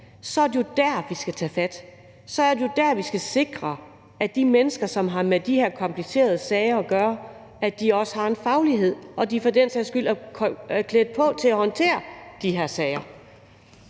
Så er det jo der, vi skal tage fat; så er det jo der, vi skal sikre, at de mennesker, som har med de her komplicerede sager at gøre, også har en faglighed, og at de for den sags skyld er klædt på til at håndtere de her sager.